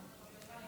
חבריי